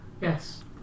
Yes